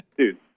Dude